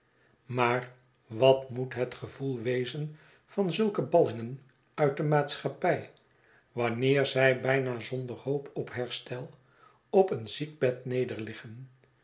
maar wat moet het gevoel wezen van zulke ballingen uit de maatschappij wanneer zy bijna zonder hoop op herstel op een ziekbed nederliggen